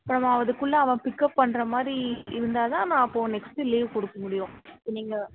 இப்போ நம்ம அதுக்குள்ளே அவன் பிக்கப் பண்ணுற மாதிரி இருந்தால் தான் நான் அப்போ நெக்ஸ்ட்டு லீவ் கொடுக்க முடியும் நீங்கள்